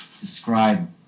describe